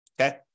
okay